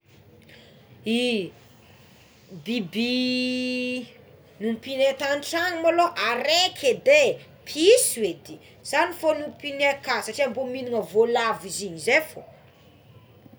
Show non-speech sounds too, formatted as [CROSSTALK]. I [HESITATION] biby nompiagnay tan-trano maloha araiky edé piso edy zagny fogna nompianay kany satria mba mihinana voalavo izy de zay fogna.